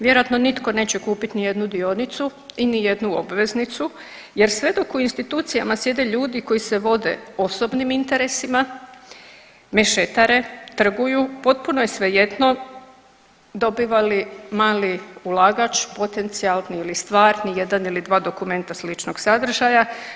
Vjerojatno nitko neće kupiti ni jednu dionicu i ni jednu obveznicu, jer sve dok u institucijama sjede ljudi koji se vode osobnim interesima, mešetare, trguju potpuno je svejedno dobiva li mali ulagač potencijalni ili stvarni jedan ili dva dokumenta sličnog sadržaja.